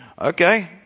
Okay